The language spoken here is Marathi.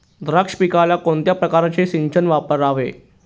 द्राक्ष पिकाला कोणत्या प्रकारचे सिंचन वापरावे?